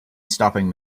stopping